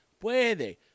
Puede